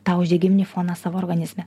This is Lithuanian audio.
tą uždegiminį foną savo organizme